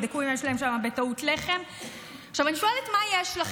ויבדקו אם יש להם שמה בטעות לחם.